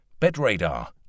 BetRadar